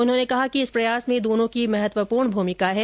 उन्होंने कहा कि इस प्रयास में दोनों की महत्वपूर्ण भूमिका है